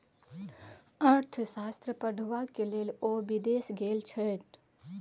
अर्थशास्त्र पढ़बाक लेल ओ विदेश गेल छथि